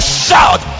shout